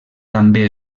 també